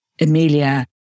Emilia